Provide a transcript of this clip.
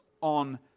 on